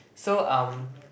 so um